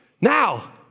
Now